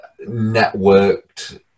networked